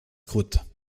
croûte